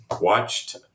watched